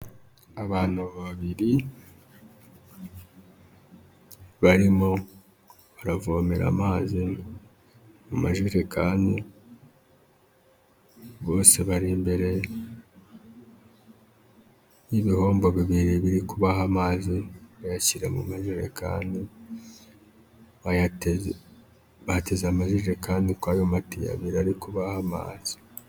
Abantu babiri barimo baravomera amazi mu majerekani bose bari imbere y'ibihombo bibiri biri kubaha amazi bayashyira mu majerekani bateza amajerekani kuri ayo matiyo abiri ari kubaha amazi.